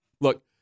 look